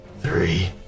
Three